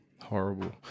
horrible